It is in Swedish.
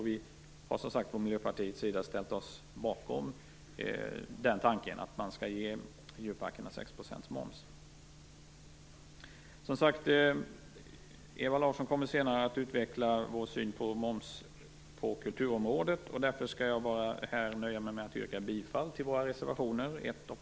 Vi har som sagt från Miljöpartiets sida ställt oss bakom tanken att man skall ge djurparkerna 6 % moms. Ewa Larsson kommer senare att utveckla vår syn på moms på kulturområdet, därför skall jag här nöja mig med att yrka bifall till våra reservationer 1 och